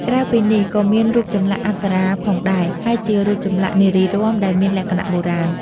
ក្រៅពីនេះ ក៏មានរូបចម្លាក់អប្សារាផងដែរ ហើយជារូបចម្លាក់នារីរាំ ដែលមានលក្ខណៈបុរាណ។